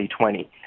2020